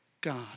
God